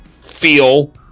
feel